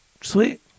Sweet